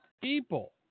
people